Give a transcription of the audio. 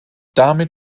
damit